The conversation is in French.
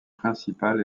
principal